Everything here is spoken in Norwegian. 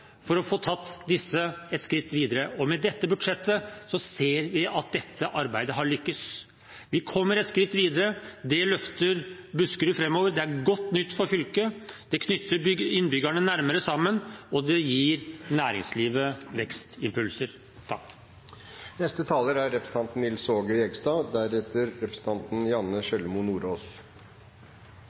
for å få tatt disse et skritt videre. Med dette budsjettet ser vi at dette arbeidet har lyktes. Vi kommer et skritt videre. Det løfter Buskerud framover. Det er godt nytt for fylket, det knytter innbyggerne nærmere sammen, og det gir næringslivet vekstimpulser. Det var flere som lot seg inspirere av Kjerkol. Hun sa noe om at det er